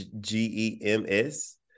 G-E-M-S